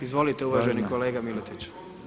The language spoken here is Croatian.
Izvolite uvaženi kolega Miletić.